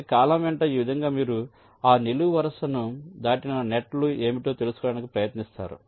ప్రతి కాలమ్ వెంట ఈ విధంగా మీరు ఆ నిలువు వరుసను దాటిన నెట్ లు ఏమిటో తెలుసుకోవడానికి ప్రయత్నిస్తారు